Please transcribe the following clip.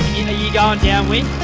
you going down